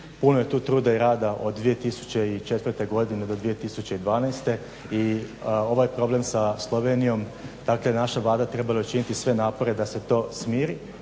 puno je tu rada i truda od 2004.godine do 2012.i ovaj problem sa Slovenijom naša Vlada trebala je učiniti sve napore da se to smiri.